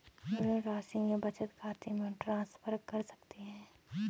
ऋण राशि मेरे बचत खाते में ट्रांसफर कर सकते हैं?